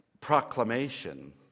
proclamation